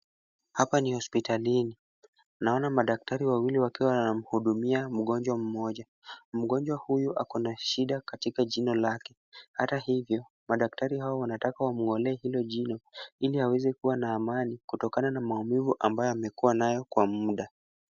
Hapa ni hospitalini. Naona madaktari wawili wakiwa wanamhudumia mgonjwa mmoja. Mgonjwa huyu ako na shida katika jino lake. Hata hivyo madaktari hawa wanataka wamng'olee hilo jino ali aweze kuwa na amani kutokana na maumivu ambayo amekuwa nayo kwa muda.